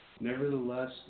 Nevertheless